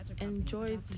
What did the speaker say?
enjoyed